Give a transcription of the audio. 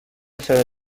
ceba